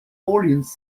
orleans